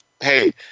hey